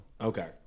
Okay